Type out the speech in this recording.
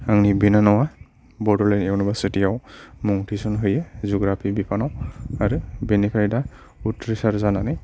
आंनि बिनानावआ बद'लेन्ड इउनिभारसिटिआव मुं थिसन हैयो जुग्राफि बिफानआव आरो बेनिफ्राय दा उथ्रिसार जानानै